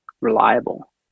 reliable